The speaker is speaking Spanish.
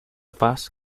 paz